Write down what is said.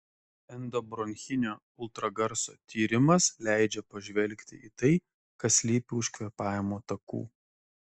endobronchinio ultragarso tyrimas leidžia pažvelgti į tai kas slypi už kvėpavimo takų